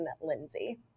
Lindsay